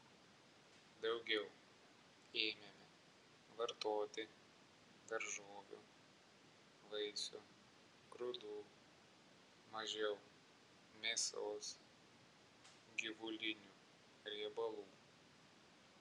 daugiau ėmėme vartoti daržovių vaisių grūdų mažiau mėsos gyvulinių riebalų